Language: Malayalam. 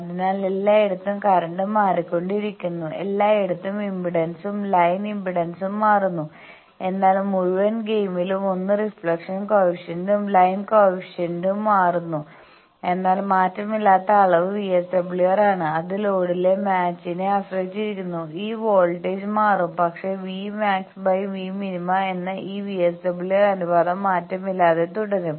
അതിനാൽ എല്ലായിടത്തും കറന്റ് മാറിക്കൊണ്ടിരിക്കുന്നു എല്ലായിടത്തും ഇംപെഡൻസ്ഉം ലൈൻ ഇംപെഡൻസും മാറുന്നു എന്നാൽ മുഴുവൻ ഗെയിമിലും ഒന്ന് റിഫ്ലക്ഷൻ കോയെഫിഷ്യയന്റും ലൈൻ റിഫ്ലക്ഷൻ കോയെഫിഷ്യന്റും മാറുന്നു എന്നാൽ മാറ്റമില്ലാത്ത അളവ് VSWR ആണ് അത് ലോഡിലെ മിസ്മാച്ച്നെ ആശ്രയിച്ചിരിക്കുന്നു ഈ വോൾട്ടേജ മാറും പക്ഷേ VmaxVmin എന്ന ഈ VSWR അനുപാതം മാറ്റമില്ലാതെ തുടരും